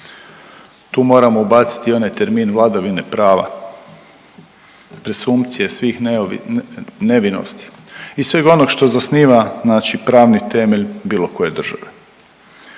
Tu moram ubaciti i onaj termin vladavine prava, presumpcije svih nevinosti i sveg onog što zasniva znači pravni temelj bilo koje države.